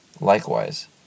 Likewise